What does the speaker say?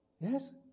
Yes